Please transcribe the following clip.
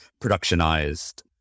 productionized